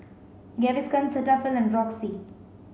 Gaviscon Cetaphil and Roxy